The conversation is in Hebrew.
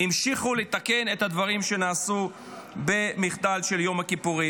המשיכו לתקן את הדברים שנעשו במחדל של יום הכיפורים.